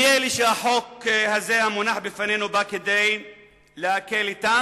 מי אלה שהחוק הזה, המונח בפנינו, בא כדי להקל אתם?